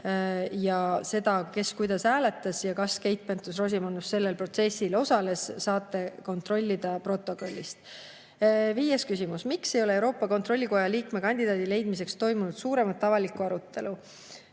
Seda, kes kuidas hääletas ja kas Keit Pentus-Rosimannus selles protsessis osales, saate kontrollida protokollist. Viies küsimus: "Miks ei ole Euroopa Kontrollikoja liikme kandidaadi leidmiseks toimunud suuremat avalikku arutelu?"